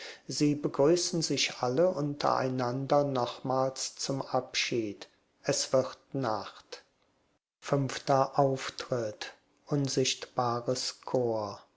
sie begrüßen sich alle untereinander nochmals zum abschied es wird nacht fünfter auftritt unsichtbares chor